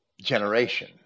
generation